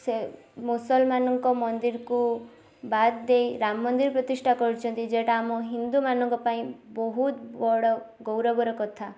ସେ ମୁସଲମାନଙ୍କ ମନ୍ଦିର କୁ ବାଦ୍ ଦେଇ ରାମ ମନ୍ଦିର ପ୍ରତିଷ୍ଠା କରିଛନ୍ତି ଯେଟା ଆମ ହିନ୍ଦୁମାନଙ୍କ ପାଇଁ ବହୁତ ବଡ଼ ଗୌରବର କଥା